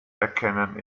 erkennen